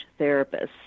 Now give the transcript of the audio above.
therapists